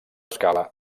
escala